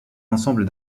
ensemble